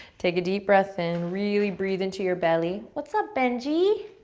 take a deep breath in, really breathe into your belly. what's up, benji?